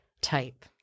type